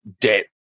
debt